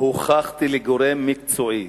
הוכחתי לגורם מקצועי,